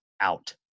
out